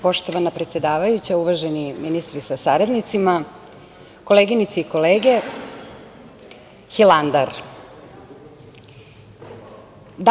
Poštovana predsedavajuća, uvaženi ministri sa saradnicima, koleginice i kolege - Hilandar.